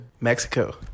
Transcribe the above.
Mexico